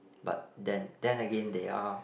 but then then again they are